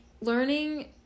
learning